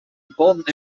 important